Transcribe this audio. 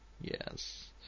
Yes